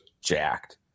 jacked